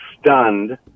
stunned